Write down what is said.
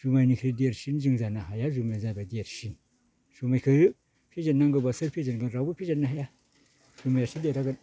जुमायनिख्रुइ देरसिन जों जानो हाया जुमाया जाबाय देरसिन जुमायखो फेजेननांगौब्ला सोर फेजेनगोन रावबो फेजेननो हाया जुमायासो देरहागोन